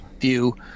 view